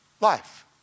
life